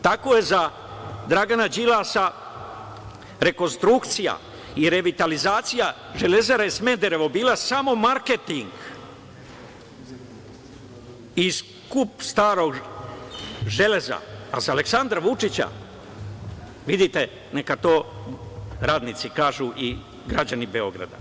Tako je za Dragana Đilasa rekonstrukcija i revitalizacija „Železare Smederevo“ bila samo marketing i skup starog gvožđa, a za Aleksandra Vučića, vidite, neka to radnici kažu i građani Beograda.